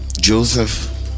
joseph